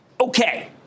Okay